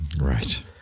Right